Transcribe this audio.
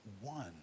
one